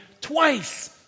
twice